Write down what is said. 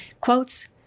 Quotes